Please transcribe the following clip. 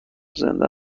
زنده